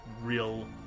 real